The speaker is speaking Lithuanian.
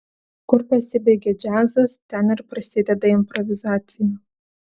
kur pasibaigia džiazas ten ir prasideda improvizacija